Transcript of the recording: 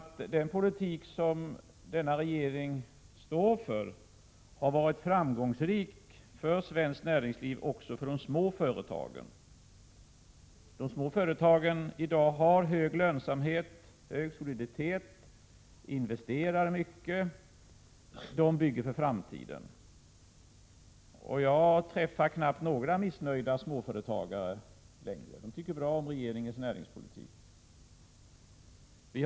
Den politik som denna regering står för har nämligen varit framgångsrik för svenskt näringsliv och även för de små företagen. De små företagen har i dag hög lönsamhet och god soliditet, investerar mycket och bygger för framtiden. Jag träffar knappt några missnöjda småföretagare längre, utan de tycker bra om regeringens näringspolitik.